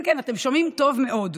כן, כן, אתם שומעים טוב מאוד,